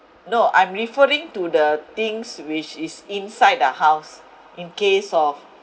no I'm referring to the things which is inside the house in case of